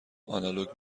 آنالوگ